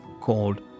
called